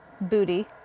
booty